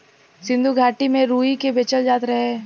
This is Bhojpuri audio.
सिन्धु घाटी में रुई के बेचल जात रहे